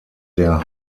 der